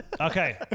Okay